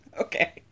Okay